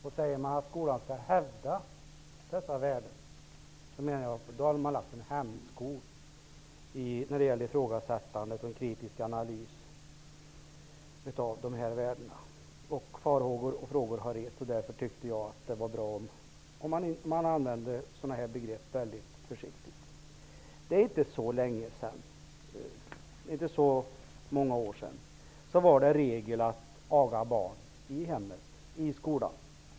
Om man säger att skolan skall hävda dessa värden hämmar man, anser jag, ifrågasättandet och det kritiska analyserandet av dessa värden. Farhågor för detta har framkommit. Det är viktigt att man är försiktig med att använda dessa begrepp. Det är inte så många år sedan det var regel att aga barn i hemmen och i skolan.